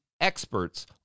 experts